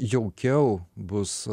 jaukiau bus